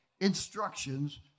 Instructions